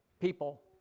people